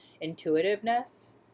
intuitiveness